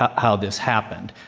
um how this happened.